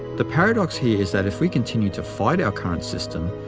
the paradox here is that if we continue to fight our current system,